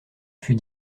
fut